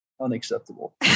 unacceptable